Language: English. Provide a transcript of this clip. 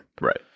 Right